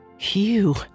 Phew